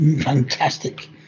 fantastic